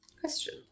Question